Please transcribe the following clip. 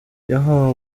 yahawe